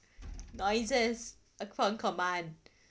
noises upon command